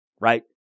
right